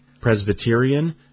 Presbyterian